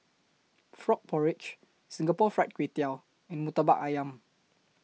Frog Porridge Singapore Fried Kway Tiao and Murtabak Ayam